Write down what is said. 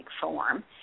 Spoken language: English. form